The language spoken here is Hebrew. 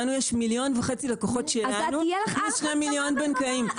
לנו יש מיליון וחצי לקוחות שלנו פלוס שני מיליון בנקאיים.